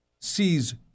sees